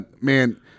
Man